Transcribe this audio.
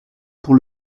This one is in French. pour